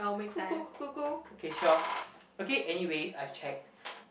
cool cool cool cool cool okay sure okay anyways I have checked